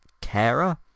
carer